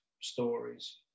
stories